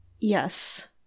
Yes